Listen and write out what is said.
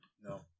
No